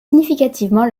significativement